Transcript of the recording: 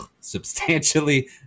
substantially